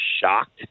shocked